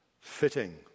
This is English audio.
fitting